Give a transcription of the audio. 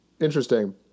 Interesting